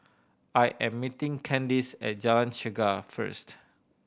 I am meeting Candis at Jalan Chegar first